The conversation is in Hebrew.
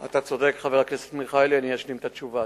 אתה צודק, חבר הכנסת מיכאלי, אני אשלים את התשובה.